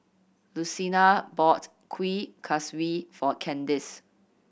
Lucina bought Kuih Kaswi for Kandice